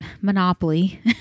Monopoly